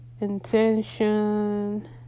intention